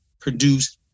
produce